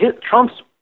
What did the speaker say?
Trump's